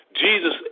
Jesus